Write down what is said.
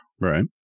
Right